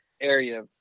area